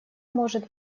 может